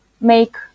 make